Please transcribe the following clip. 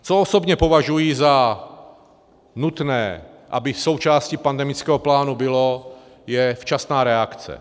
Co osobně považuji za nutné, aby součástí pandemického plánu bylo, je včasná reakce.